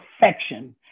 perfection